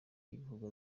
y’ibihugu